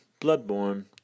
Bloodborne